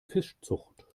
fischzucht